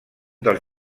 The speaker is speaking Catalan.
dels